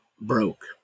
Broke